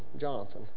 Jonathan